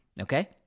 Okay